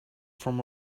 from